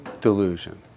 delusion